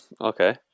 Okay